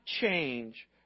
change